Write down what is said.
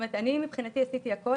אני מבחינתי עשיתי הכל,